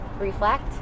reflect